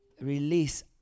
release